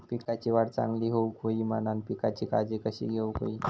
पिकाची वाढ चांगली होऊक होई म्हणान पिकाची काळजी कशी घेऊक होई?